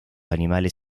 animales